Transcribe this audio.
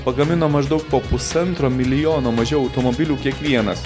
pagamino maždaug po pusantro milijono mažiau automobilių kiekvienas